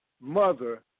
mother